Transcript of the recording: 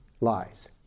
lies